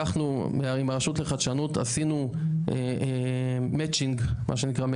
עם הרשות לחדשנות עשינו מצ'ינג מה שנקרא,